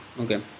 okay